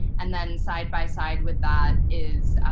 and then side-by-side with that is